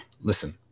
Listen